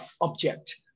object